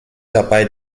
dabei